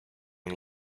and